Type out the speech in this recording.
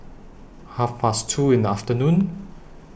Half Past two in The afternoon